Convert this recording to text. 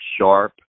sharp